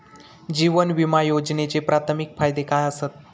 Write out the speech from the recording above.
जीवन विमा योजनेचे प्राथमिक फायदे काय आसत?